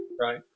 Right